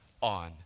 on